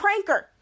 pranker